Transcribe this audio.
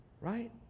right